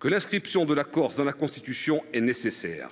que l’inscription de la Corse dans la Constitution est nécessaire